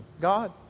God